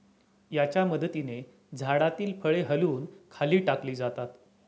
याच्या मदतीने झाडातील फळे हलवून खाली टाकली जातात